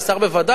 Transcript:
לשר בוודאי,